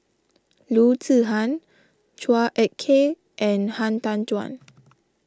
Loo Zihan Chua Ek Kay and Han Tan Juan